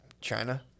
China